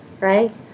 right